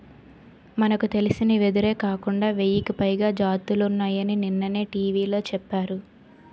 మనకు తెలిసిన వెదురే కాకుండా వెయ్యికి పైగా జాతులున్నాయని నిన్ననే టీ.వి లో చెప్పారు